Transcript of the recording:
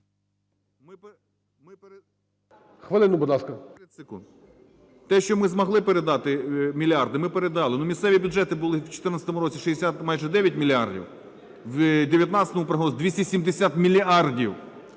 Хвилину, будь ласка.